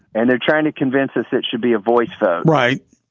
and they're trying to convince us that should be a voice vote, right?